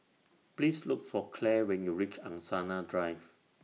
Please Look For Claire when YOU REACH Angsana Drive